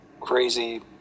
crazy